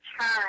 turn